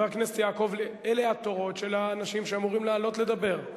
אלה התורים של האנשים שאמורים לדבר.